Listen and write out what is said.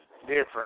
different